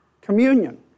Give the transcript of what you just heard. Communion